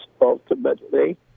ultimately